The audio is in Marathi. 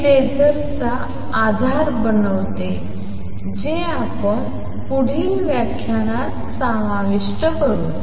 हे लेझर्सचा आधार बनवते जे आपण पुढील व्याख्यानात समाविष्ट करू